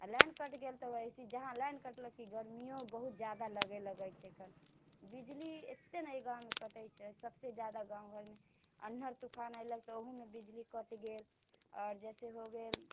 आ लाइन कटि गेल तऽ वैसे जहाँ लाइन कटलक तऽ गर्मिओ बहुत्त ज्यादा लागय लगैत छैकन बिजली एतेक ने ई गाममे कटैत छै सभसँ ज्यादा गाम घरमे अन्हर तूफान अयलक तऽ ओहूमे बिजली कटि गेल आओर जैसे हो गेल